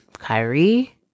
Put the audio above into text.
Kyrie